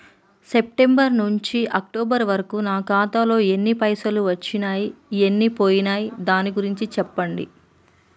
September నుంచి October వరకు నా ఖాతాలో ఎన్ని పైసలు వచ్చినయ్ ఎన్ని పోయినయ్ దాని గురించి చెప్పండి?